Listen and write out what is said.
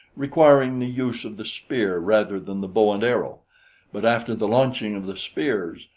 requiring the use of the spear rather than the bow and arrow but after the launching of the spears,